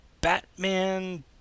Batman